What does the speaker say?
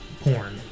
porn